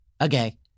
Okay